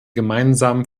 gemeinsamen